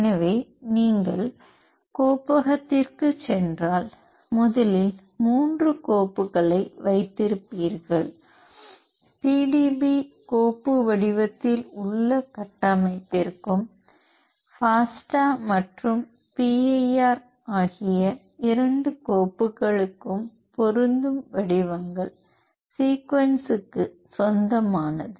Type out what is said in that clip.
எனவே நீங்கள் கோப்பகத்திற்குச் சென்றால் முதலில் மூன்று கோப்புகளை வைத்திருப்பீர்கள் PDB கோப்பு வடிவத்தில் உள்ள கட்டமைப்பிற்கும் ஃபாஸ்டா மற்றும் PIR ஆகிய இரண்டு கோப்புகளுக்கும் பொருந்தும் வடிவங்கள் சீக்வென்ஸ்க்கு சொந்தமானது